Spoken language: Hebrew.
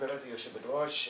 גברתי היושבת-ראש,